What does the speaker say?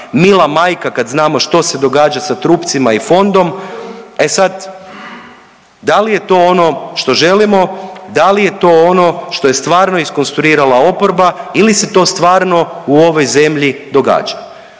mila majka kad znamo što se događa sa trupcima i fondom, e sad, da li je to ono što želimo, da li je to ono što je stvarno iskonstruirala oporba ili se to stvarno u ovoj zemlji događa.